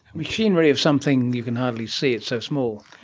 machinery of something you can hardly see, it's so small.